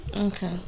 Okay